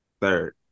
Third